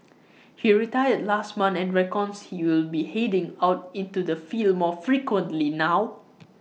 he retired last month and reckons he will be heading out into the field more frequently now